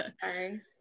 Sorry